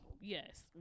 Yes